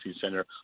center